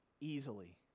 easily